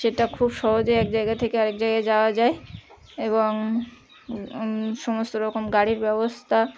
সেটা খুব সহজে এক জায়গা থেকে আরেক জায়গা যাওয়া যায় এবং সমস্ত রকম গাড়ির ব্যবস্থা